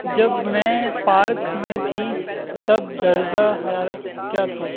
جب میں پارک میں تھی تب درجہ حرارت کیا تھا